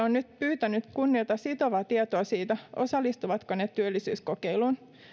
on nyt pyytänyt kunnilta sitovaa tietoa siitä osallistuvatko ne työllisyyskokeiluun